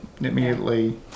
immediately